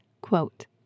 Quote